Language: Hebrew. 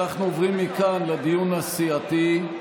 אנחנו עוברים מכאן לדיון הסיעתי.